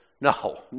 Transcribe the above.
No